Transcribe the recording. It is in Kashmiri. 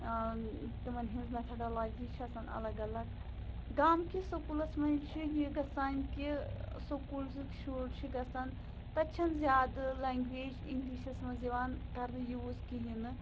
تِمَن ہِنٛز مٮ۪تھٔڈالاجی چھِ آسان اَلگ اَلگ گامکِس سکوٗلَس منٛز چھِ یہِ گژھان کہِ سکوٗلزِکۍ شُر چھِ گژھان تَتہِ چھَنہٕ زیادٕ لنٛگویج اِنٛگلِشَس منٛز یِوان کَرنہٕ یوٗز کِہیٖنۍ نہٕ